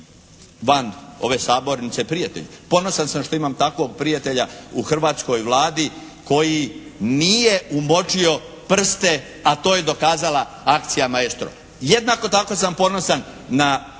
van ove sabornice prijatelji, ponosan sam što imam takvog prijatelja u hrvatskoj Vladi koji nije umočio prste, a to je dokazala akcija "Maestro". Jednako tako sam ponosan na Peru